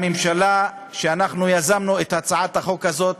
הממשלה, אנחנו יזמנו את הצעת החוק הזאת,